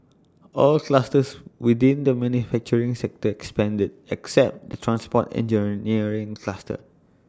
all clusters within the manufacturing sector expanded except the transport engineering cluster